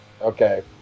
okay